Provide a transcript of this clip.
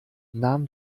nahm